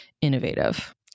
innovative